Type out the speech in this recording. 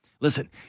Listen